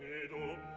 it all